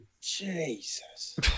Jesus